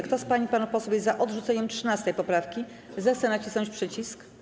Kto z pań i panów posłów jest za odrzuceniem 13. poprawki, zechce nacisnąć przycisk.